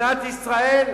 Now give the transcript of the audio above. מדינת ישראל,